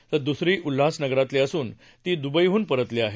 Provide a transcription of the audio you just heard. तर दुसरी उल्हासनगरातली असून ती दुबईहून परतली होती